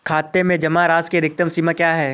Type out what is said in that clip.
खाते में जमा राशि की अधिकतम सीमा क्या है?